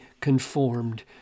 conformed